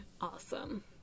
Awesome